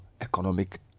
economic